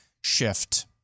shift